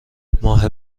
ماه